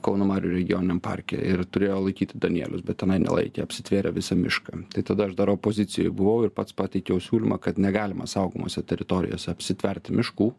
kauno marių regioniniam parke ir turėjo laikyti danielius bet tenai nelaikė apsitvėrė visą mišką tai tada aš darau pozicijų buvau ir pats pateikiau siūlymą kad negalima saugomose teritorijose apsitverti miškų